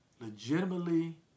legitimately